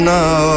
now